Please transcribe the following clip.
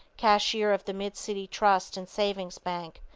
cashier of the mid-city trust and savings bank,